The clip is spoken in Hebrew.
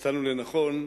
מצאנו לנכון,